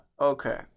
Okay